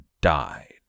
died